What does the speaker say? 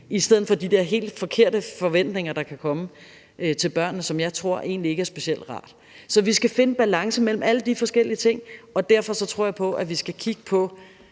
komme de der helt forkerte forventninger til børnene, hvilket jeg egentlig ikke tror er specielt rart. Så vi skal finde en balance mellem alle de forskellige ting, og derfor tror jeg på, at vi skal kigge på